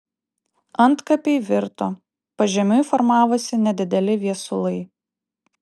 antkapiai virto pažemiui formavosi nedideli viesulai